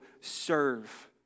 serve